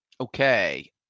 okay